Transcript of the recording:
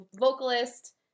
vocalist